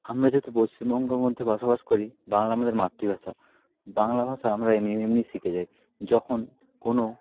আমরা যেহেতু পশ্চিমবঙ্গর মধ্যে বসবাস করি বাংলা আমাদের মাতৃভাষা বাংলা ভাষা আমরা এমনি এমনি শিখে যাই যখন কোনও